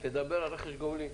לדבר על רכש גומלין,